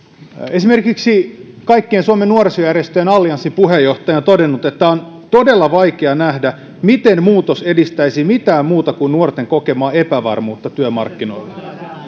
esimerkiksi kaikkien suomen nuorisojärjestöjen kattojärjestö allianssin puheenjohtaja on todennut että on todella vaikea nähdä miten muutos edistäisi mitään muuta kuin nuorten kokemaa epävarmuutta työmarkkinoilla